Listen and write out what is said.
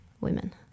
women